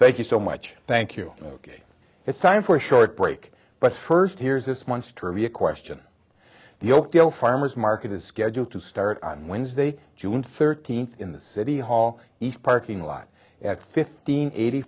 thank you so much thank you ok it's time for short break but first here's this month's trivia question the oakdale farmer's market is scheduled to start on wednesday june thirteenth in the city hall east parking lot at fifteen eighty